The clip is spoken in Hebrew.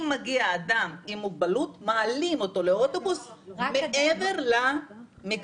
אם מגיע אדם עם מוגבלות מעלים אותו לאוטובוס מעבר למכסה.